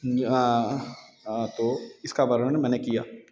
तो इसका वर्णन मैंने किया